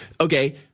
okay